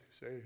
say